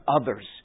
others